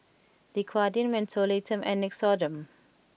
Dequadin Mentholatum and Nixoderm